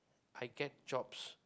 I get jobs